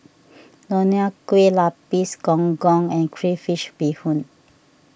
Nonya Kueh Lapis Gong Gong and Crayfish BeeHoon